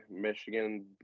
Michigan